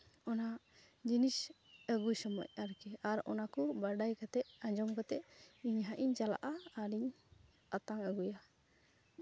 ᱚᱱᱟ ᱡᱤᱱᱤᱥ ᱟᱹᱜᱩ ᱥᱚᱢᱚᱭ ᱟᱨᱠᱤ ᱟᱨ ᱚᱱᱟᱠᱚ ᱵᱟᱰᱟᱭ ᱠᱟᱛᱮᱫ ᱟᱸᱡᱚᱢ ᱠᱟᱛᱮᱫ ᱤᱧ ᱦᱟᱸᱜ ᱤᱧ ᱪᱟᱞᱟᱜᱼᱟ ᱟᱨᱤᱧ ᱟᱛᱟᱝ ᱟᱹᱜᱩᱭᱟ